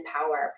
Power